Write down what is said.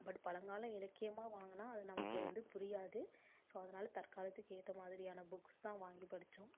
but பழங்கால இலக்கியமாக வாங்கினா அது நமக்கு வந்து புரியாது ஸோ அதனால் தற்காலத்துக்கு ஏற்ற மாதிரியான புக்ஸ் தான் வாங்கி படித்தோம்